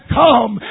come